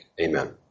Amen